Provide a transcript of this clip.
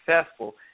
successful